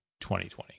2020